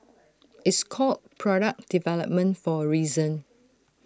it's called product development for A reason